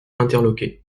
interloqué